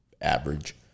Average